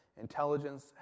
Intelligence